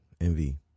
Envy